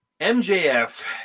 MJF